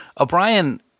O'Brien